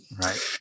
right